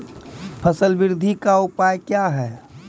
फसल बृद्धि का उपाय क्या हैं?